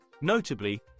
Notably